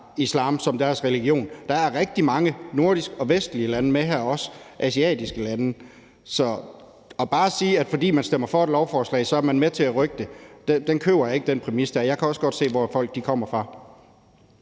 islam som deres religion. Der er rigtig mange fra nordiske og vestlige lande og asiatiske lande med. Så bare at sige, at fordi man stemmer for et lovforslag, er man med til at rykke det, er en præmis, jeg ikke køber. Jeg kan også godt se, hvor folk kommer fra.